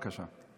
בבקשה.